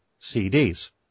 cds